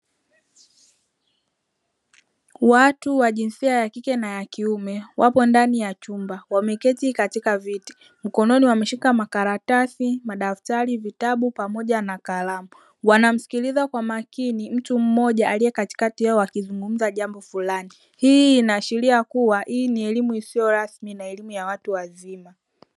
Watu wa jinsia ya kike na ya kiume wapo ndani ya chumba wameketi katika viti mkononi wameshika makaratasi, madaftari, vitabu pamoja na karamu wanamsikiliza kwa makini mtu mmoja aliye kati yao akizungumza jambo fulani hii inaashiria kuwa ni elemu isiyo rasmi na elimu ya watu wazima.